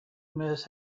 miss